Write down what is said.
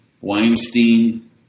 Weinstein